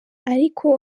ariko